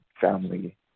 family